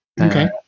Okay